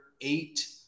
eight